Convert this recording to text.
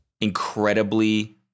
incredibly